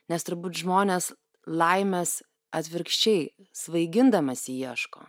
nes turbūt žmonės laimės atvirkščiai svaigindamiesi ieško